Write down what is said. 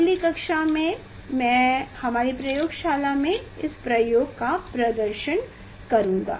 अगली कक्षा में मैं हमारी प्रयोगशाला में इस प्रयोग को प्रदर्शित करूंगा